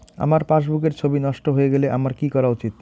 আমার পাসবুকের ছবি নষ্ট হয়ে গেলে আমার কী করা উচিৎ?